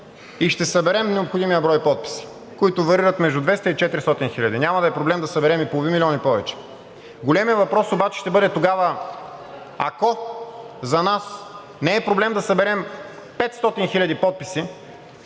и ще съберем необходимия брой подписи, които варират между 200 и 400 хиляди, няма да е проблем да съберем и половин милион и повече. Големият въпрос обаче ще бъде тогава, ако за нас не е проблем да съберем 500 хиляди подписа